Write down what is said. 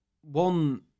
one